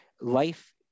life